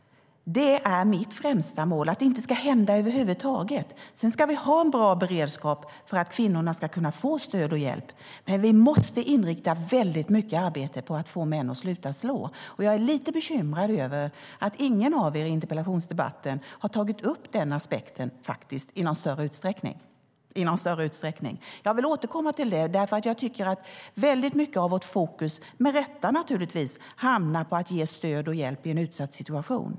Det är mitt främsta mål. Det ska inte hända över huvud taget. Vi ska ha en bra beredskap för att kvinnorna ska kunna få stöd och hjälp. Men vi måste inrikta väldigt mycket arbete på att få män att sluta slå. Jag är lite bekymrad över att ingen av er i interpellationsdebatten har tagit upp den aspekten i någon större utsträckning. Jag vill återkomma till det. Väldigt mycket av vårt fokus hamnar med rätta på att ge stöd och hjälp i en utsatt situation.